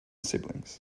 siblings